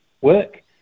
work